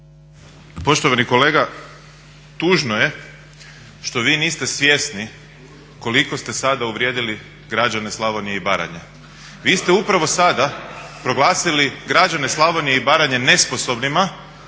Poštovani kolega tužno je što vi niste svjesni koliko ste sada uvrijedili građane Slavonije i Baranje. Vi ste upravo sada proglasili građane Slavonije i Baranje nesposobnima